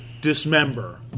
Dismember